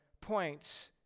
points